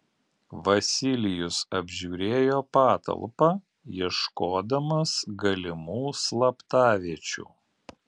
vasilijus apžiūrėjo patalpą ieškodamas galimų slaptaviečių